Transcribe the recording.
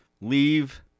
Leave